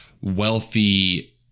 wealthy